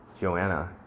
Joanna